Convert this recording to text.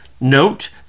Note